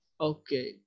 Okay